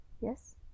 Yes